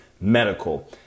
Medical